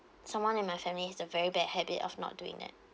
someone in my family has the very bad habit of not doing that